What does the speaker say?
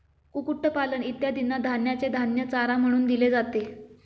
कुक्कुटपालन इत्यादींना धान्याचे धान्य चारा म्हणून दिले जाते